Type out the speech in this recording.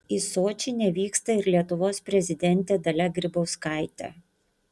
į sočį nevyksta ir lietuvos prezidentė dalia grybauskaitė